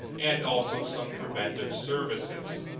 and also some preventive services.